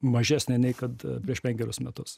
mažesnė nei kad prieš penkerius metus